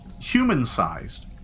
human-sized